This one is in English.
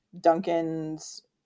Duncan's